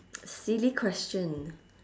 silly question